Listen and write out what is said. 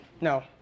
No